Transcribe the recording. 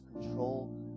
control